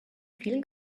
feel